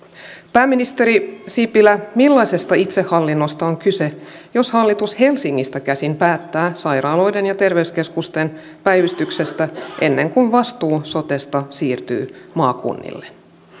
pääministeri sipilä millaisesta itsehallinnosta on kyse jos hallitus helsingistä käsin päättää sairaaloiden ja terveyskeskusten päivystyksestä ennen kuin vastuu sotesta siirtyy maakunnille